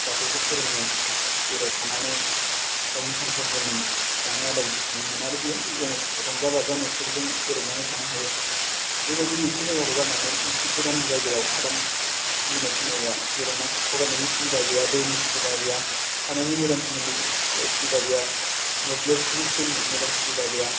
फिसाफोरखौ फोरोङो जेराव थानानै गावनि सानफ्रामबोनि जानाय आदार बुथुमोमोन आरो मेरला दं रंजाबाजा नखरजों गोरोबनानै थानो हायो बेबायदि मोनसे जायगाखौ गारनानै मोनसे गोदान जायगायाव हादान खुलिनाय खोनायोबा जेरावनाखि फरायनायनि सुबिदा गैया दैनि सुबिदा गैया थानायनि मोजां सोमोन्दै सुबिदा गैया मोब्लिबनि सोमोन मो मोजां सुबिदा गैया